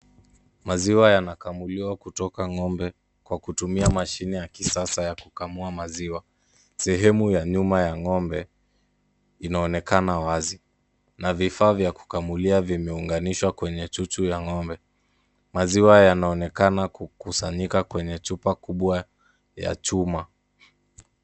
Maziwa yanakamuliwa kutoka ng'ombe kwa kutumia mashine ya kisasa ya kukamua maziwa. Sehemu ya nyuma ya ng'ombe, inaonekana wazi. Na vifaa vya kukamulia vimeunganishwa kwenye chuchu ya ng'ombe. Maziwa yaonekana kukusanyika kwenye kwenye chupa kubwa ya chuma.